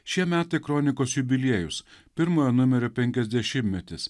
šie metai kronikos jubiliejus pirmojo numerio penkiasdešimtmetis